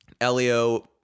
Elio